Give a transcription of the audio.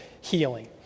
healing